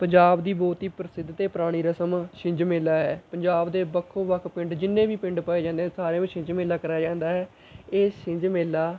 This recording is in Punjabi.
ਪੰਜਾਬ ਦੀ ਬਹੁਤ ਹੀ ਪ੍ਰਸਿੱਧ ਅਤੇ ਪੁਰਾਣੀ ਰਸਮ ਛਿੰਝ ਮੇਲਾ ਹੈ ਪੰਜਾਬ ਦੇ ਵੱਖੋ ਵੱਖ ਪਿੰਡ ਜਿੰਨੇ ਵੀ ਪਿੰਡ ਪੈ ਜਾਂਦੇ ਹਨ ਸਾਰੇ ਵਿੱਚ ਛਿੰਝ ਮੇਲਾ ਕਰਾਇਆ ਜਾਂਦਾ ਹੈ ਇਹ ਛਿੰਝ ਮੇਲਾ